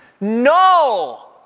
No